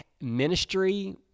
ministry